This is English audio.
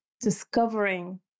discovering